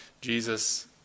Jesus